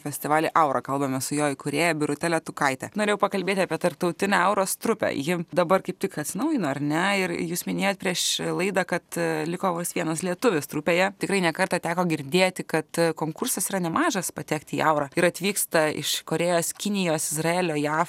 festivalį aura kalbame su jo įkūrėja birute letukaite norėjau pakalbėti apie tarptautinę auros trupę ji dabar kaip tik atsinaujino ar ne ir jūs minėjot prieš laidą kad liko vos vienas lietuvis trupėje tikrai ne kartą teko girdėti kad konkursas yra nemažas patekti į aurą ir atvyksta iš korėjos kinijos izraelio jav